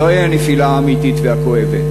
זוהי הנפילה האמיתית והכואבת,